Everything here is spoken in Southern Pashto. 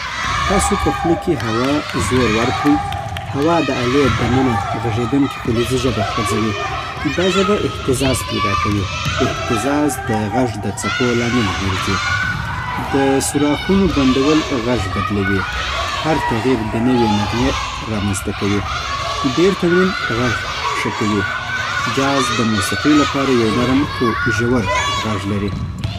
تاسو په خوله کې هوا زور ورکړئ. هوا د آلې دننه غږېدونکي فلزي ژبه خوځوي. دا ژبه اهتزاز پیدا کوي. اهتزاز د غږ د څپو لامل ګرځي. د سوراخونو بندول غږ بدلوي. هر تغییر د نوې نغمه رامنځته کوي. ډېر تمرین غږ ښه کوي. جاز د موسیقۍ لپاره یو نرم خو ژور غږ لري